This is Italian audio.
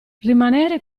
rimanere